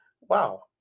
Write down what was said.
wow